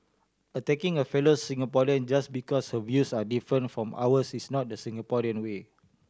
attacking a fellow Singaporean just because her views are different from ours is not the Singaporean way